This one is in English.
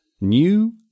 new